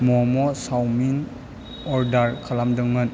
मम' सावमिन अर्दार खालामदोंमोन